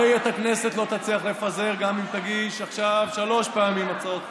הרי את הכנסת לא תצליח לפזר גם אם תגיש עכשיו שלוש פעמים הצעות חוק.